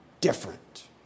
different